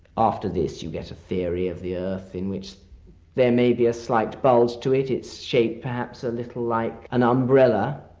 after this we get a theory of the earth in which there may be a slight bulge to it, its shape perhaps a little like an umbrella,